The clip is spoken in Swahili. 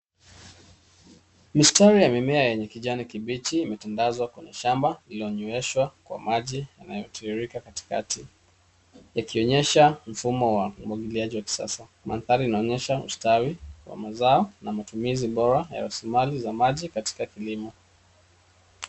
Mistari ya mimea ,yenye kijani kibichi imetandazwa kwenye shamba ilonyoeshwa kwa maji yanayotiririka katikati .Yakionyesha mfumo wa umwagiliaji wa kisasa. Mandhari inaonyesha ustawi wa mazao, na matumizi bora ya raslimali za maji katika kilimo.